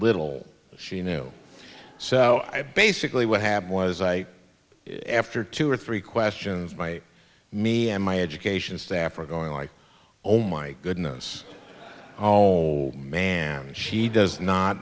little she knew so i basically what happened was i after two or three questions by me and my education staff were going like oh my goodness oh man she does not